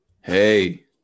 Hey